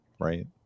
Right